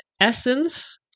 essence